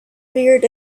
reared